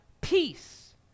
peace